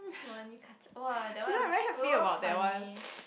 Monica-Cheng !wah! that one was so funny